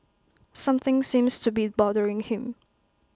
something seems to be bothering him